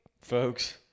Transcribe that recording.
Folks